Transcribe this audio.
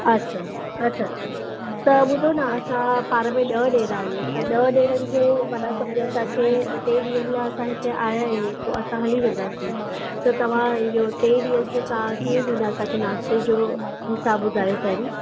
अच्छा अच्छा अच्छा त ॿुधो न असां पाण में ॾह ॾेर आयूं त ॾह ॾेरनि जो माना सम्झो असांखे टे ॾींहंनि लाइ असां हिते आया आहियूं पोइ असां हली वेंदासीं त तव्हां इहो टे ॾींहंनि जो तव्हां कीअं नाश्ते जो हिसाबु ॿुधायो पहिरियों